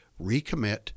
recommit